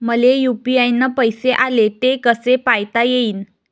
मले यू.पी.आय न पैसे आले, ते कसे पायता येईन?